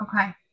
Okay